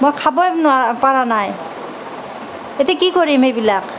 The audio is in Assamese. মই খাবই নোৱাৰা পৰা নাই এতিয়া কি কৰিম এইবিলাক